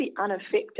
unaffected